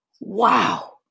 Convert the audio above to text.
wow